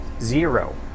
Zero